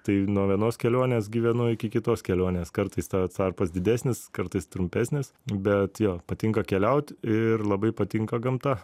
tai nuo vienos kelionės gyvenu iki kitos kelionės kartais ta tarpas didesnis kartais trumpesnis bet jo patinka keliaut ir labai patinka gamta